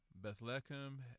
Bethlehem